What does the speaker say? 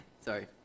sorry